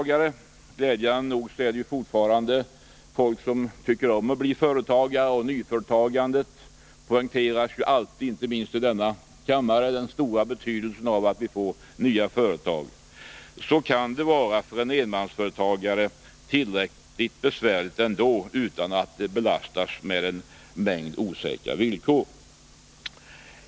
Glädjande nog finns det fortfarande folk som tycker om att bli företagare, och det brukar ofta — inte minst här i kammaren — poängteras vilken betydelse det har att vi får nya företag. Men det kan vara besvärligt nog för en enmansföretagare även utan att han belastas med en mängd osäkra villkor.